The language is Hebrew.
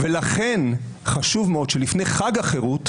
לכן חשוב מאוד שלפני חג החירות,